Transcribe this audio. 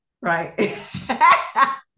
Right